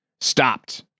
stopped